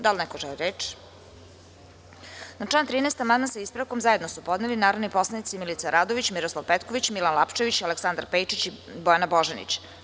Da li neko želi reč?(Ne) Na član 13. amandman, sa ispravkom, zajedno su podneli narodni poslanici Milica Radović, Miroslav Petković, Milan Lapčević, Aleksandar Pejčić i Bojana Božanić.